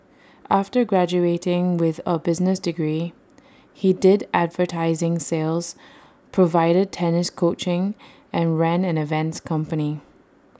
after graduating with A business degree he did advertising sales provided tennis coaching and ran an events company